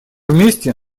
вместе